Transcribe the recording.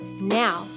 Now